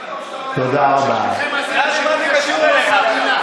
די כבר, קרעי, מה זה קשור אליך בכלל?